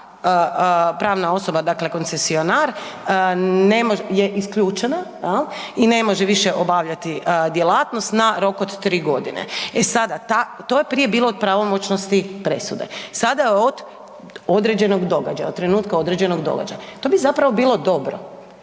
pravna osoba dakle koncesionar je isključena i ne može više obavljati djelatnost na rok od 3 godine. E sada, to je prije bilo od pravomoćnosti presude, sada je od određenog događa, od trenutka određenog događaja. To bi zapravo bilo dobro.